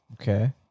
Okay